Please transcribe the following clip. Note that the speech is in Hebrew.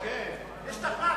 הוא השתכנע.